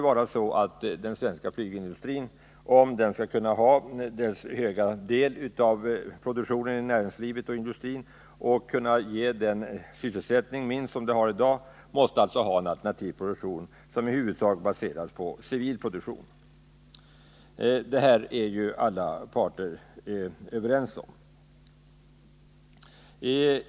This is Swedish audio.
Om den svenska flygindustrin skall kunna behålla sin ställning inom näringslivet och ge den sysselsättning som den ger i dag, måste den svenska flygindustrin ha en alternativ produktion, som i huvudsak är baserad på civil produktion. Detta är alla parter överens om.